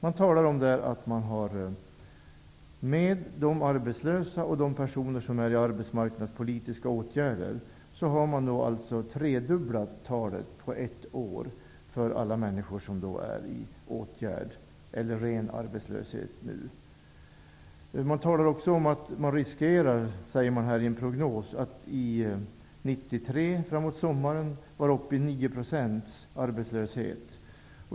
Man talar i brevet om, att räknar man samman de arbetslösa och de personer som är föremål för arbetsmarknadspolitiska åtgärder har arbetslöshetstalet tredubblats på ett år. Man säger också i en prognos att man sommaren 1993 riskerar att vara uppe i 9 % arbetslöshet.